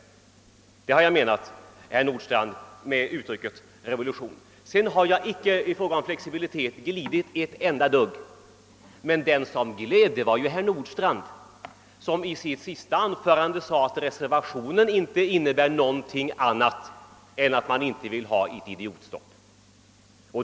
I fråga om flexibiliteten har jag inte glidit ett enda dugg. Den som glidit är herr Nordstrandh, som i sitt senaste anförande sade att reservationen inte innebär någonting annat än att man inte vill ha ett idiotstopp.